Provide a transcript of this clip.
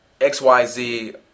XYZ